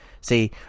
See